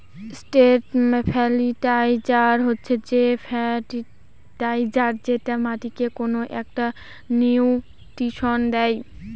straight fertiliser হচ্ছে যে fertiliser যেটা মাটিকে কোনো একটা নিউট্রিশন দেয়